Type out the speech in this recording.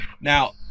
Now